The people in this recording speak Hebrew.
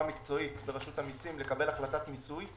המקצועית ברשות המיסים לקבל החלטת מיסוי.